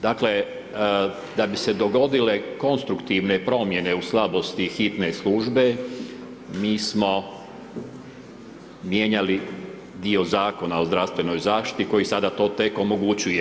Dakle, da bi se dogodile konstruktivne promjene u slabosti hitne službe, mi smo mijenjali dio Zakona o zdravstvenoj zaštiti koji sada to tek omogućuje.